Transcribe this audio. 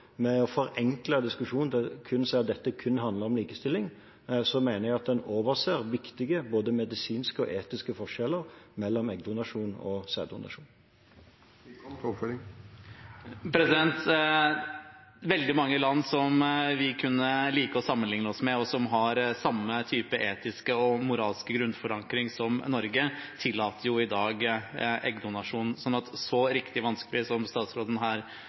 med å forenkle den ved å si at dette kun handler om likestilling, mener jeg at en overser viktige både medisinske og etiske forskjeller mellom eggdonasjon og sæddonasjon. Veldig mange land som vi kunne like å sammenligne oss med, og som har samme type etiske og moralske grunnforankring som Norge, tillater i dag eggdonasjon. Så riktig så vanskelig som statsråden her